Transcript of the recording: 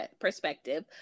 perspective